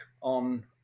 on